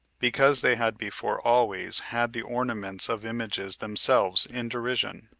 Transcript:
because they had before always had the ornaments of images themselves in derision.